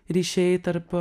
ryšiai tarp